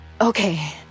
Okay